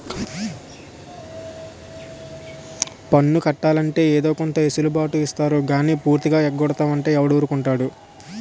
పన్ను కట్టాలంటే ఏదో కొంత ఎసులు బాటు ఇత్తారు గానీ పూర్తిగా ఎగ్గొడతాం అంటే ఎవడూరుకుంటాడు